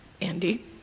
Andy